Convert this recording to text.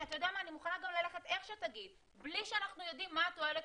אני לא הפרעתי לך וגם לא נתתי שיפריעו לך.